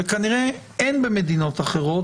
שכנראה אין במדינות אחרות,